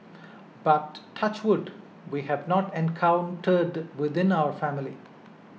but touch wood we have not encountered within our family